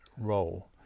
role